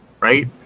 Right